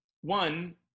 one